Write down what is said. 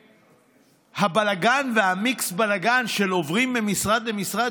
הבלגן והמיקס-בלגן של מעברים ממשרד למשרד,